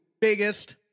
biggest